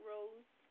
Rose